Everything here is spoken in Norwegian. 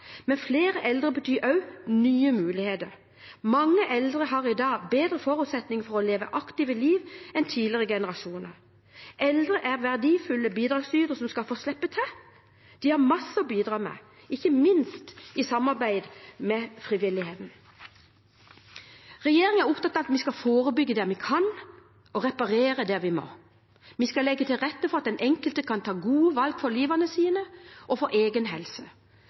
men flere eldre betyr også nye muligheter. Mange eldre har i dag bedre forutsetninger for å leve aktive liv enn tidligere generasjoner. Eldre er verdifulle bidragsytere som skal få slippe til. De har masse å bidra med, ikke minst i samarbeid med frivilligheten. Regjeringen er opptatt av at vi skal forebygge der vi kan, og reparere der vi må. Vi skal legge til rette for at den enkelte kan ta gode valg for livet sitt og for egen helse.